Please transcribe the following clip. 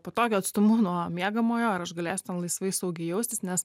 patogiu atstumu nuo miegamojo ar aš galėsiu ten laisvai saugiai jaustis nes